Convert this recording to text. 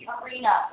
arena